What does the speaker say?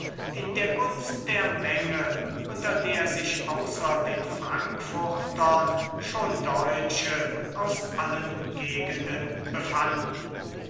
in der gunst der menge unter der sich außer den frankfurtern schon deutsche aus allen gegenden befanden